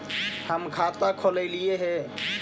हम खाता खोलैलिये हे?